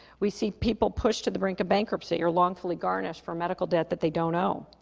we see people pushed to the brink of bankruptcy or wrongfully garnished for medical debt that they don't owe.